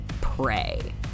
Prey